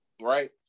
right